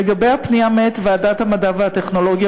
לגבי הפנייה מאת ועדת המדע והטכנולוגיה